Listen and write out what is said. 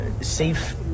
safe